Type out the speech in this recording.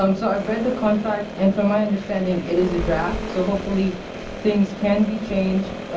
um so i read the contract and from my understanding it is a draft, so hopefully things can be changed.